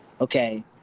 okay